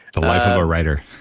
the life of a writer.